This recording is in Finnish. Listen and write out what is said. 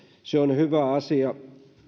se on hyvä asia